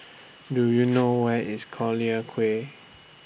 Do YOU know Where IS Collyer Quay